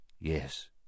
Yes